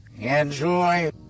Enjoy